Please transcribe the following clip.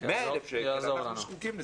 100,000 ₪ אנחנו זקוקים לזה.